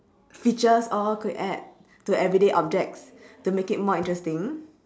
features orh could add to everyday object to make it more interesting